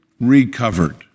recovered